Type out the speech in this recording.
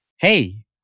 Hey